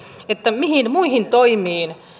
mihin muihin toimiin